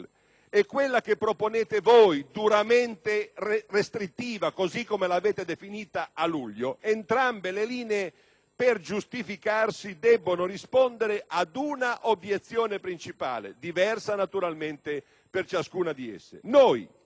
e quella che proponete voi, duramente restrittiva così come definita a luglio, per giustificarsi devono rispondere ad una obiezione principale, diversa naturalmente per ciascuna di esse.